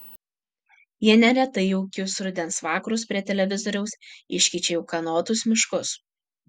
jie neretai jaukius rudens vakarus prie televizoriaus iškeičia į ūkanotus miškus